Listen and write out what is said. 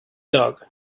dog